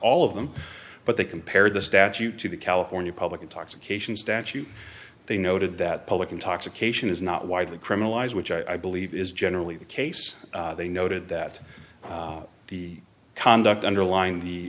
all of them but they compared the statute to the california public intoxication statute they noted that public intoxication is not widely criminalized which i believe is generally the case they noted that the conduct underline the